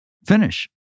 finish